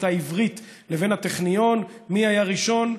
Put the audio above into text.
העברית לבין הטכניון מי היה ראשון,